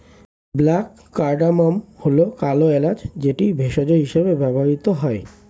black cardamom হল কালো এলাচ যেটি ভেষজ হিসেবে ব্যবহৃত হয়